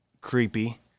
creepy